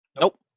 Nope